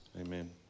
Amen